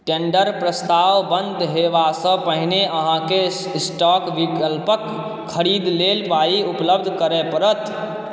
tender प्रस्ताव बन्द होयबासँ पहिने अहाँकेँ स्टॉक विकल्पक खरीदलेल पाइ उपलब्ध करय पड़त